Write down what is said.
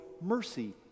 mercy